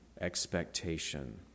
expectation